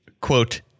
quote